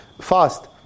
fast